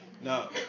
No